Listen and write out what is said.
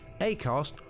Acast